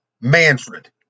Manfred